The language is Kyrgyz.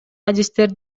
адистер